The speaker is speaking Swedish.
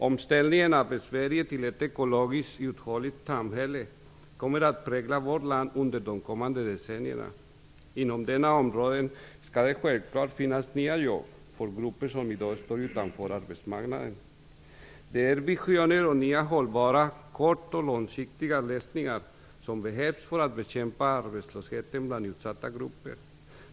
Omställning av Sverige till ett ekologiskt uthålligt samhälle kommer att prägla vårt land under de kommande decennierna. Inom detta område kommer det självfallet att finnas nya jobb för grupper som i dag står utanför arbetsmarknaden. Det är visioner och nya hållbara kort och långsiktiga lösningar som behövs för att bekämpa arbetslösheten bland utsatta grupper.